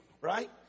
right